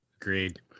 Agreed